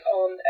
on